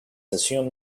assumed